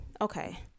okay